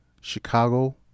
Chicago